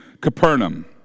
Capernaum